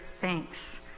thanks